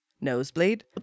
Nosebleed